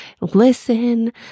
listen